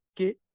okay